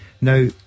Now